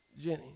Jenny